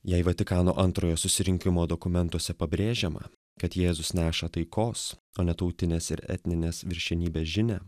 jei vatikano antrojo susirinkimo dokumentuose pabrėžiama kad jėzus neša taikos o ne tautinės ir etninės viršenybės žinią